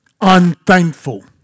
unthankful